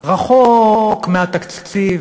רחוק מהתקציב,